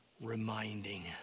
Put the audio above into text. reminding